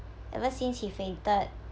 ever since he fainted